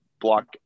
block